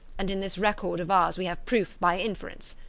and in this record of ours we have proof by inference.